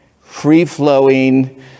free-flowing